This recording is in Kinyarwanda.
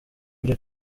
ibyo